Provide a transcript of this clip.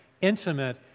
intimate